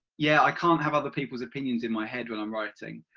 yeah, i can't have other people's opinions in my head when i i'm writing.